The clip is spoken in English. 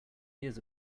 years